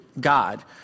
God